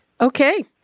Okay